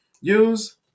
Use